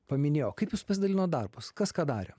paminėjo kaip jūs pasidalinot darbus kas ką darė